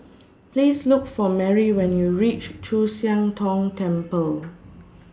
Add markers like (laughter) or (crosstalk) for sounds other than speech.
Please Look For Merrie when YOU REACH Chu Siang Tong Temple (noise)